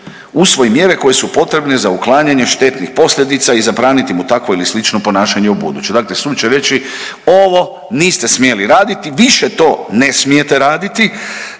usvoji mjere koje su potrebne za uklanjanje štetnih posljedica i zabraniti mu takvo ili slično ponašanje ubuduće, dakle sud će reći ovo niste smjeli raditi, više to ne smijete raditi